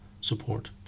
support